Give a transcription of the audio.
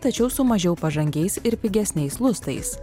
tačiau su mažiau pažangiais ir pigesniais lustais